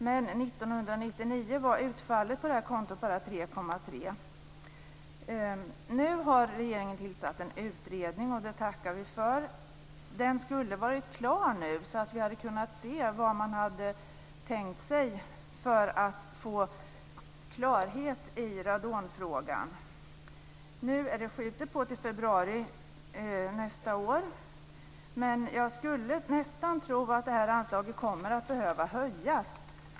Men 1999 var utfallet på det här kontot bara 3,3. Nu har regeringen tillsatt en utredning, och det tackar vi för. Den skulle ha varit klar nu. Då hade vi kunnat se vad man hade tänkt sig för att få klarhet i radonfrågan. Nu är det skjutet på till februari nästa år. Men jag skulle nästan tro att det här anslaget kommer att behöva höjas.